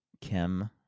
Kim